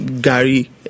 Gary